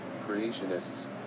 Creationists